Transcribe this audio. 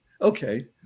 Okay